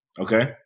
okay